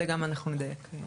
זה גם אנחנו נדייק.